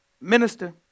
Minister